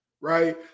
right